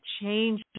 change